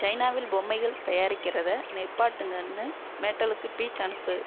சைனாவில் பொம்மைகள் தயாரிக்கிறதை நிப்பாட்டுங்கன்னு மேட்டலுக்கு ட்வீட் அனுப்பு